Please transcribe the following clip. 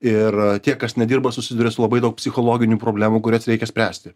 ir tie kas nedirba susiduria su labai daug psichologinių problemų kurias reikia spręsti